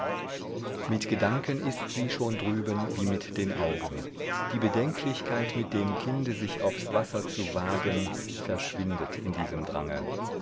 mit gedanken ist sie schon drüben wie mit den augen die bedenklichkeit mit dem kinde sich aufs wasser zu wagen verschwindet in diesem drange